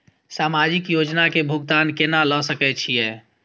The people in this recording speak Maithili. समाजिक योजना के भुगतान केना ल सके छिऐ?